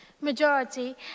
majority